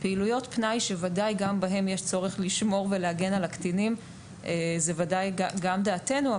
ודאי שזוהי דעתנו שיש צורך לשמור ולהגן על הקטינים בפעילויות פנאי,